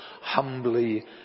humbly